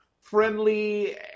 friendly